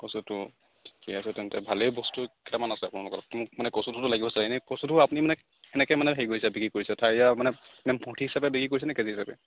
কচুথুৰ ঠিকেই আছে তেন্তে ভালেই বস্তু কেইটামান আছে আপোনালোকৰ তাত মোক মানে কচুথুৰ লাগিব চাগে এনে কচুথুৰ আপুনি মানে কেনেকৈ মানে হেৰি কৰিছে বিক্ৰী কৰিছে ঠাৰিৰে মানে মুঠি হিচাপে বিক্ৰী কৰিছে নে কেজি হিচাপে